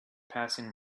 passing